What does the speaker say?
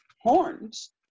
Horns